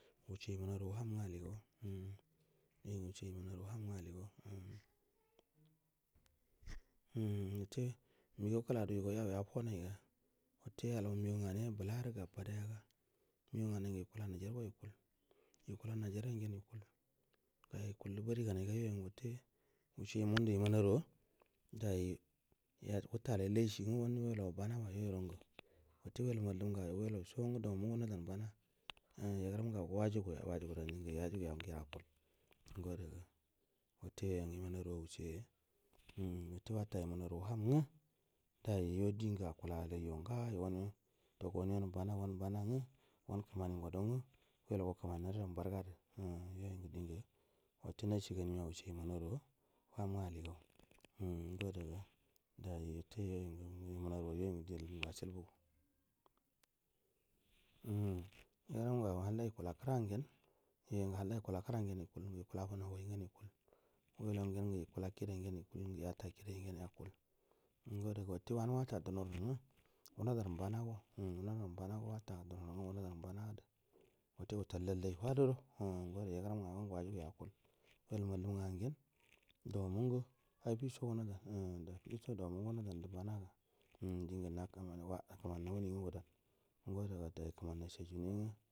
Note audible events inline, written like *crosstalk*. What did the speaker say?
Wucce iman aru wa wahamiga alli gau ula umm yoi ngu wuce iman aru wa waham ngu alli gau wa umm umm wutte migau kula du yu go yau yafo mai wuntte ya lau migau nga naib u la rag aba daya nigau ngani ngu yi kula nijar go ikul ngu ya kula najeria ngen ikal ga ikillu bari ga nai ga yoi yangu wutter wucce ngudu iman aru yow a *noise* dai yod wutalai lais inga wan we lau wa ban aba yoi ron gu wutte uelu mallum gu uulau songu dau mungu wuna dan bana umma ya guram ngau waju guya gaju gu re nga yaya guy an ngen akul ngo daga watte *unintelligible* umm watte watte iman aru wa waham nga dai yo din ngu akalalai jo ng ayo wan ngu dau gowany won bana wan bana nga wan kmani nguwado ngu wulau wa kmani nunadan bargadir umm yoi ngu dingu wutte nashi gani miyaga wucce iman aru wa waham ngu alli gau umm ngo ada ga dai watte yat mu iman aru wa yoi ngu dali ingu wosiba gu umm ye ngu hala yi kala kran gen ikul ngu ikula fu nu hu goi ngen ikul wecaa ngen nge ya kula kiɗa ngen ikul ngu yikul ngu yata kida yan gen ikul ngu wa da ga watte wanu watte duno rangu ucuna dam bana go umm wu na dan bana go watte duna ran nga wu na dan bana du watte wutal don lai what duro umm ngo ada ye gu rum nga go ngu wa jug u ya akul w ulu mallum nga ngen do mun gu affiso wona dan umm affeso do mu wu na ddan du baka ro din guk mani na wuni ngu wudan um ngu ada ga dai kmau nasa ja nai ngu.